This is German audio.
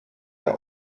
der